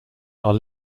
are